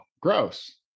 gross